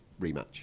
rematch